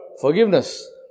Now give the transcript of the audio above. forgiveness